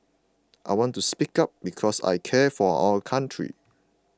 I want to speak up because I care for our country